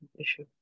issue